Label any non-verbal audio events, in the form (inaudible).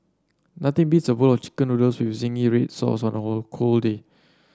nothing beats a bowl of chicken noodles with zingy red sauce on a (unintelligible) cold day